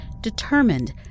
determined